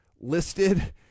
listed